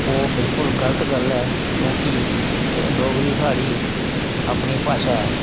ओह् बिल्कुल गलत गल्ल ऐ क्योंकि डोगरी साढ़ी अपनी भाशा ऐ